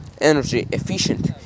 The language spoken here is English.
energy-efficient